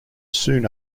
soon